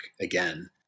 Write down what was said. again